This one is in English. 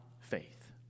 faith